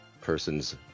person's